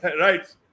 right